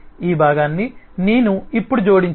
ఈ భాగాన్ని నేను ఇప్పుడు జోడించాను